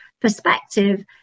perspective